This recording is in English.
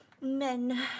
men